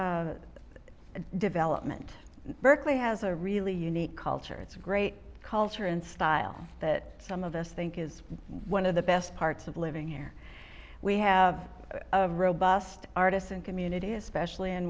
about development berkeley has a really unique culture it's a great culture and style that some of us think is one of the best parts of living here we have a robust artists and community especially in